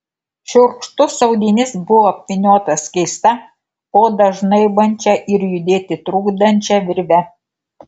šiurkštus audinys buvo apvyniotas keista odą žnaibančia ir judėti trukdančia virve